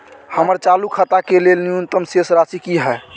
हमर चालू खाता के लेल न्यूनतम शेष राशि की हय?